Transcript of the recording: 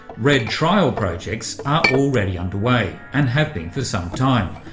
redd trial projects are already underway, and have been for some time,